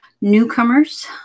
newcomers